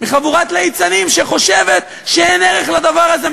מחבורת ליצנים שחושבת שאין ערך לדבר הזה,